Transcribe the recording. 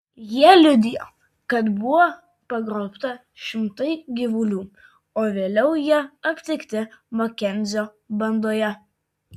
jie liudijo kad buvo pagrobta šimtai gyvulių o vėliau jie aptikti makenzio bandoje